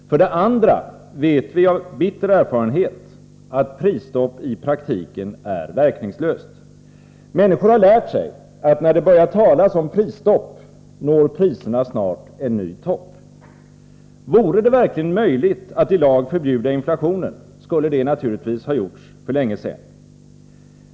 För det andra vet vi av bitter erfarenhet att prisstopp i praktiken är verkningslöst. Människor har lärt sig att när det börjar talas om prisstopp, når priserna snart en ny topp. Vore det verkligen möjligt att i lag förbjuda inflationen, skulle det naturligtvis ha gjorts för länge sedan.